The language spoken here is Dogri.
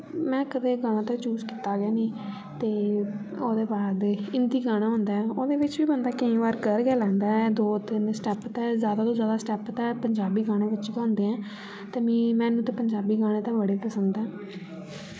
ते में कदे गाना ते चूस कीत्ता गे निं ते ओह्दे बाद हिंदी गाना होंदा ओह्दे च बी बंदा केई बार कर गे लैंदा ऐ दो तिन्न स्टैप ते ज्यादा तु ज्यादा स्टैप ते पंजाबी गाने बिच गे होंदे न ते मी मैनु ते पंजाबी गाने ते बड़े ही पसंद ऐ